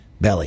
belly